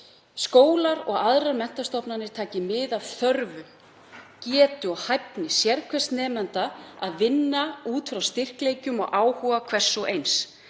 „Skólar og aðrar menntastofnanir taki mið af þörfum, getu og hæfni sérhvers nemanda og vinni út frá styrkleikum og áhuga hvers og eins.